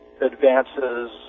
advances